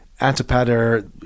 Antipater